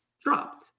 dropped